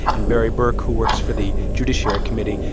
and barry berke, who works for the judiciary committee.